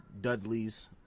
Dudley's